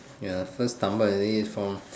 ya first stumbled and then it forms